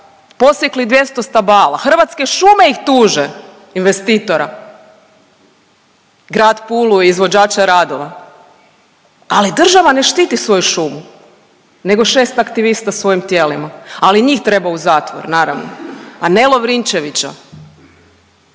posjekli 200 stabala. Hrvatske šume ih tuže investitora, grad Pulu i izvođače radova ali država ne štiti svoju šumu nego šest aktivista svojim tijelima. Ali njih treba u zatvor naravno, a ne Lovrinčevića.